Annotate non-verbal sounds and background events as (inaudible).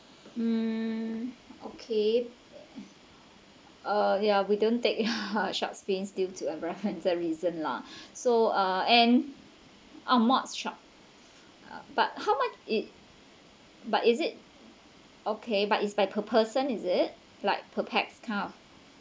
mm okay uh yeah we don't take (laughs) ya shark's fins due to a reference reason lah so uh and ah mock shark but how much it but is it okay but it's by per person is it like per pax count